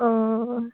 অঁ অঁ